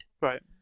Right